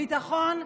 ביטחון,